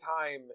time